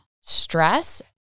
stress